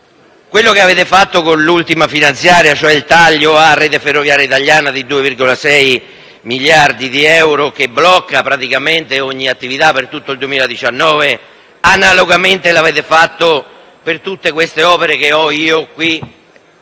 quanto avete fatto con l'ultima finanziaria, e cioè il taglio a Rete ferroviaria italiana di 2,6 miliardi di euro che blocca praticamente ogni attività per tutto il 2019, analogamente l'avete fatto per tutte le opere che ho appena